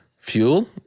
fuel